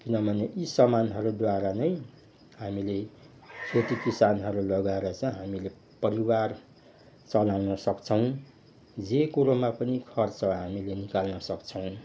किनभने यी सामानहरूद्वारा नै हामीले खेती किसानहरू लगाएर चाहिँ हामीले परिवार चलाउन सक्छौँ जे कुरोमा पनि खर्च हामीले निकाल्न सक्छौँ